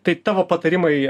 tai tavo patarimai